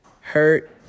Hurt